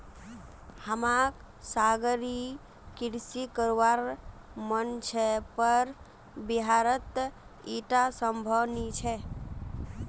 हमाक सागरीय कृषि करवार मन छ पर बिहारत ईटा संभव नी छ